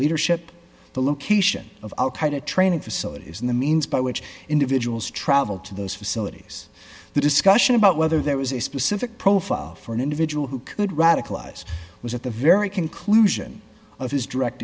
leadership the location of the training facilities and the means by which individuals traveled to those facilities the discussion about whether there was a specific profile for an individual who could radicalize was at the very conclusion of his direct